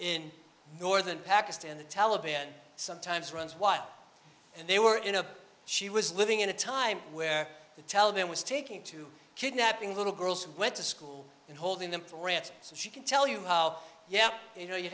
in northern pakistan the taliban sometimes runs wild and they were in a she was living in a time where the taliban was taking to kidnapping little girls went to school and holding them threats so she can tell you how yeah you know you